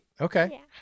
Okay